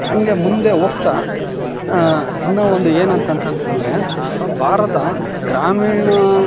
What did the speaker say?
ಹಂಗೆ ಮುಂದೆ ಹೋಗ್ತಾ ಇನ್ನ ಒಂದು ಏನು ಅಂತಂತಂದರೆ ಭಾರತ ಗ್ರಾಮೀಣ